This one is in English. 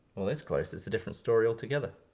well, this close, it's a different story altogether.